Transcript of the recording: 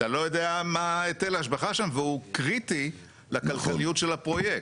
אתה לא יודע מה היטל ההשבחה שם והוא קריטי לכלכליות של הפרויקט.